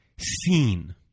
seen